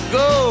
go